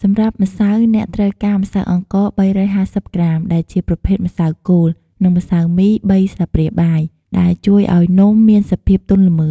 សម្រាប់ម្សៅ អ្នកត្រូវការ ម្សៅអង្ករ ៣៥០ ក្រាម ដែលជាប្រភេទម្សៅគោល និង ម្សៅមី ៣ ស្លាបព្រាបាយ ដែលជួយឱ្យនំមានសភាពទន់ល្មើយ។